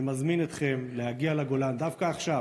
אני מזמין אתכם להגיע לגולן דווקא עכשיו,